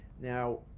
Now